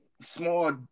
small